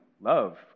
love